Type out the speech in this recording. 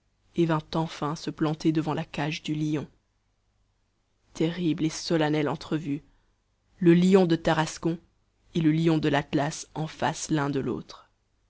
et vint enfin se planter devant la cage du lion terrible et solennelle entrevue le lion de tarascon et le lion de l'atlas en face l'un de l'autre